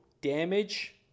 damage